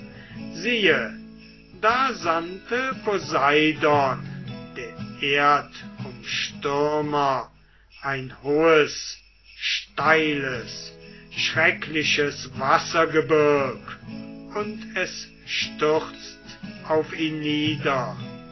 siehe da sandte poseidon der erdumstürmer ein hohes steiles schreckliches wassergebirg und es stürzt auf ihn nieder